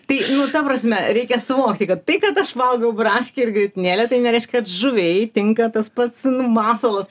tai nu ta prasme reikia suvokti kad tai kad aš valgau braškę ir grietinėlę tai nereiškia kad žuviai tinka tas pats nu masalas